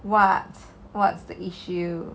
what's what's the issue